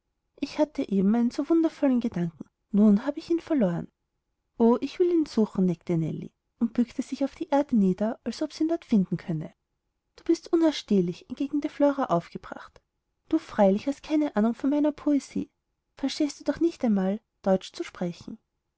ich hatte eben einen so wundervollen gedanken nun habe ich ihn verloren o ich will ihn suchen neckte nellie und bückte sich auf die erde nieder als ob sie ihn dort finden könne du bist unausstehlich entgegnete flora aufgebracht du freilich hast keine ahnung von meiner poesie verstehst du doch nicht einmal deutsch zu sprechen